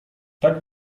tak